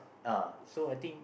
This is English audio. uh so I think